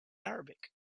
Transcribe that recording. arabic